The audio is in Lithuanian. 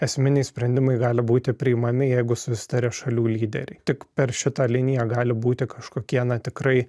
esminiai sprendimai gali būti priimami jeigu susitaria šalių lyderiai tik per šitą liniją gali būti kažkokie na tikrai